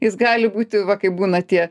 jis gali būti va kaip būna tie